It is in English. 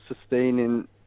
sustaining